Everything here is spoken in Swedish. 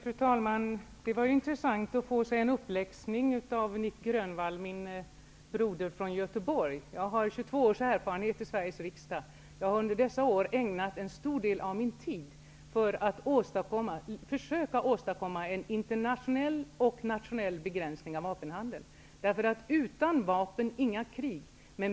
Fru talman! Det var intressant att få sig en uppläxning av Nic Grönvall, min broder från Göteborg. Jag har 22 års erfarenhet från Sveriges riksdag. Under dessa år har jag ägnat en stor del av min tid åt att försöka åstadkomma en internationell och en nationell begränsning av vapenhandel. Utan vapen, inga krig.